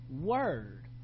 Word